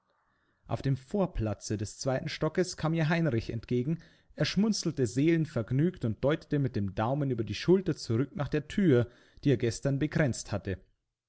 auf dem vorplatze des zweiten stockes kam ihr heinrich entgegen er schmunzelte seelenvergnügt und deutete mit dem daumen über die schulter zurück nach der thür die er gestern bekränzt hatte